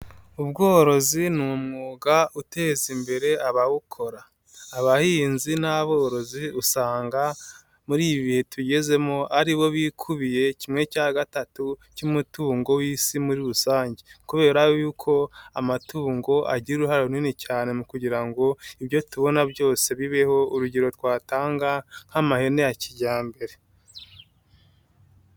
Ubworozi ni umwuga uteza imbere abawukora, abahinzi n'aborozi usanga muri ibi bihe tugezemo, aribo bikubiye kimwe cya gatatu cy'umutungo w'isi muri rusange, kubera yuko amatungo agira uruhare runini cyane mu kugira ngo ibyo tubona byose bibeho, urugero twatanga nk'amahene ya kijyambere.